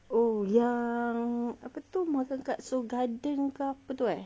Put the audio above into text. oh yang apa tu makan dekat seoul garden ke apa tu eh